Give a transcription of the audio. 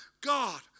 God